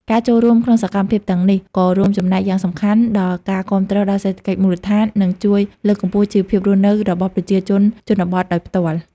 ការចូលរួមក្នុងសកម្មភាពទាំងនេះក៏រួមចំណែកយ៉ាងសំខាន់ដល់ការគាំទ្រដល់សេដ្ឋកិច្ចមូលដ្ឋាន និងជួយលើកកម្ពស់ជីវភាពរស់នៅរបស់ប្រជាជនជនបទដោយផ្ទាល់។